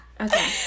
okay